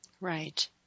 right